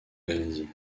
hérésie